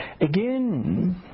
Again